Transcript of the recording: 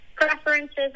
preferences